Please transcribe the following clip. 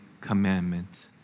commandment